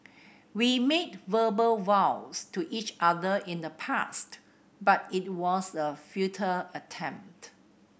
we made verbal vows to each other in the past but it was a futile attempt